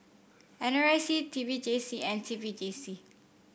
N R I C T P J C and T P J C